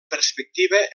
perspectiva